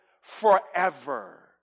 forever